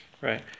right